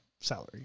salary